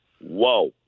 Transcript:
Whoa